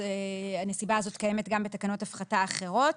הנסיבה הזו קיימת גם בתקנות הפחתה אחרות.